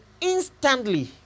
instantly